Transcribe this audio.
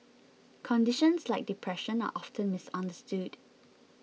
conditions like depression are often misunderstood